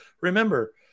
remember